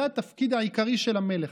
זה התפקיד העיקרי של המלך.